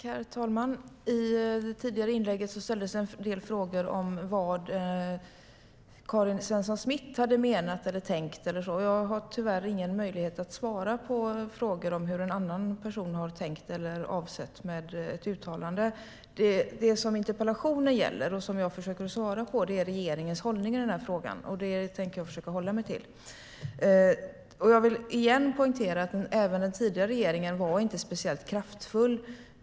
Herr talman! I det tidigare inlägget ställdes en del frågor om vad Karin Svensson Smith hade menat eller tänkt. Jag har tyvärr ingen möjlighet att svara på frågor om hur en annan person har tänkt eller vad han eller hon har avsett med ett uttalande. Det som interpellationen gäller och det som jag försöker svara på är regeringens hållning i frågan. Det tänker jag försöka hålla mig till. Jag vill än en gång poängtera att inte heller den tidigare regeringen var speciellt kraftfull.